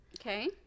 Okay